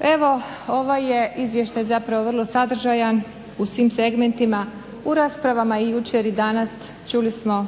Evo ovaj je izvještaj zapravo vrlo sadržajan u svim segmentima. U raspravama jučer i danas čuli smo